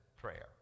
prayer